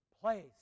place